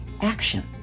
action